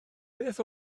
beth